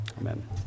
Amen